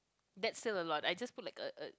that's still a lot I just put like